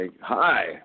hi